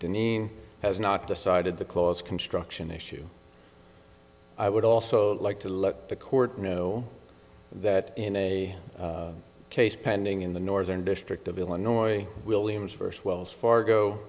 dineen has not decided the clause construction issue i would also like to let the court know that in a case pending in the northern district of illinois williams first wells fargo